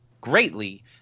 greatly